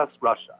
Russia